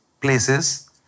places